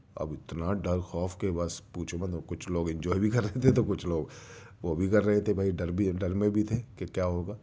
اب اتنا ڈر خوف کہ بس پوچھو مت اور کچھ لوگ انجوائے بھی کر رہے تھے تو کچھ لوگ وہ بھی کر رہے تھے بھائی ڈر بھی ڈر میں بھی تھے کہ کیا ہوگا